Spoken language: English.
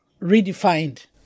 redefined